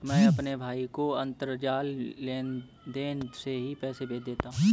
मैं अपने भाई को अंतरजाल लेनदेन से ही पैसे भेज देता हूं